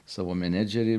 savo menedžerį